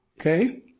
Okay